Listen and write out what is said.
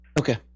Okay